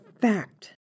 fact